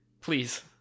please